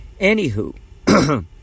Anywho